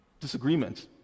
disagreements